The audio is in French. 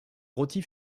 rôti